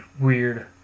weird